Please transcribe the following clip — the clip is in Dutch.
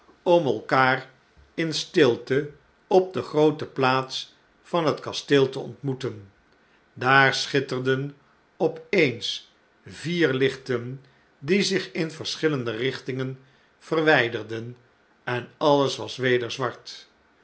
om elkaar in stilte op de groote plaats van het kasteel te ontmoeten daar schitterden op eens vier lichten die zich in verschillende richtingen verwj'derden en alles was weder zwart